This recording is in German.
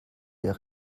der